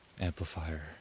amplifier